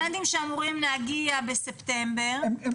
סטודנטים שמגיעים בספטמבר לחצי שנה.